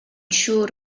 siŵr